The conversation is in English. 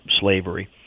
slavery